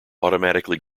automatically